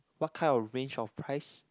what kind of range of price